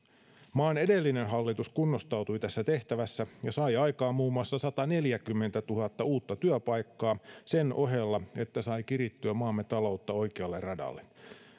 maan edellinen hallitus kunnostautui tässä tehtävässä ja sai aikaan muun muassa sataneljäkymmentätuhatta uutta työpaikkaa sen ohella että sai kirittyä maamme taloutta oikealle radalle